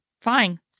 fine